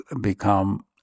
become